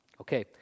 Okay